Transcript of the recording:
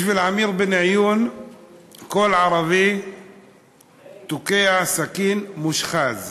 בשביל עמיר בניון כל ערבי תוקע סכין מושחז,